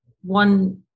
one